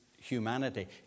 humanity